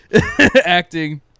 acting